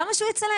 למה הוא יצלם?